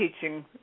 teaching